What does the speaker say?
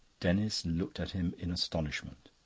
denis looked at him in astonishment.